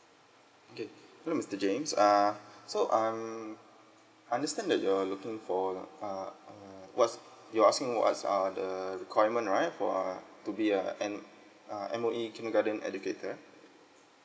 okay hello mister james err so I'm I understand that you're looking for uh what's you're asking what's are the requirement right for uh to be a M uh M_O_E kindergarten educator